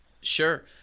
Sure